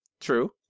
True